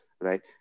right